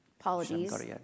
apologies